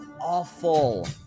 awful